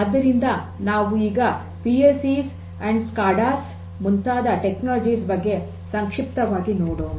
ಆದ್ದರಿಂದ ನಾವು ಈಗ ಪಿ ಎಲ್ ಸಿ ಸ್ಕಾಡಾಸ್ ಮುಂತಾದ ತಂತ್ರಜ್ಞಾನಗಳ ಬಗ್ಗೆ ಸಂಕ್ಷಿಪ್ತವಾಗಿ ನೋಡೋಣ